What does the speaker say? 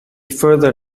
further